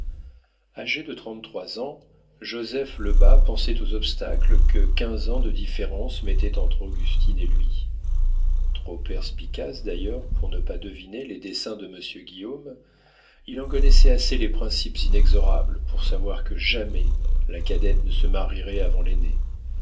agé de trente-trois ans joseph lebas pensait aux obstacles que quinze ans de différence mettaient entre augustine et lui trop perspicace d'ailleurs pour ne pas deviner les desseins de monsieur guillaume il en connaissait assez les principes inexorables pour savoir que jamais la cadette ne se marierait avant l'aînée